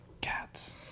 Cats